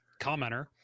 commenter